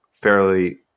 fairly